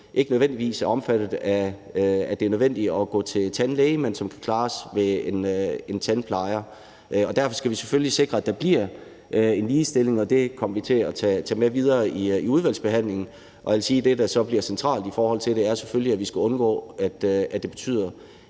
ikke nødvendigvis er omfattet af, at det er nødvendigt at gå til tandlæge, men som kan klares ved en tandplejer. Derfor skal vi selvfølgelig sikre, at der bliver en ligestilling, og det kommer vi til at tage med videre i udvalgsbehandlingen. Jeg vil sige, at det, der så bliver centralt i forhold til det, er selvfølgelig, at vi skal undgå, at det betyder,